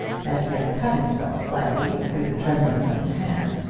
that he had cut himself slightly through the trembling of his hand.